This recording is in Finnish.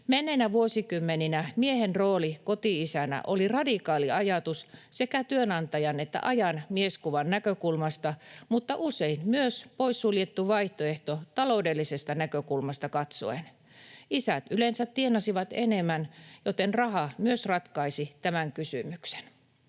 Menneinä vuosikymmeninä miehen rooli koti-isänä oli radikaali ajatus sekä työnantajan että ajan mieskuvan näkökulmasta, mutta usein myös poissuljettu vaihtoehto taloudellisesta näkökulmasta katsoen. Isät yleensä tienasivat enemmän, joten raha myös ratkaisi tämän kysymyksen.